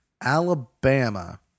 Alabama